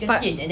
but